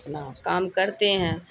اپنا کام کرتے ہیں